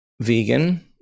vegan